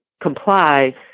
comply